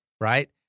right